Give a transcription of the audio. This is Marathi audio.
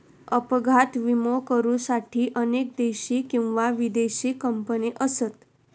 अपघात विमो करुसाठी अनेक देशी किंवा विदेशी कंपने असत